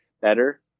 better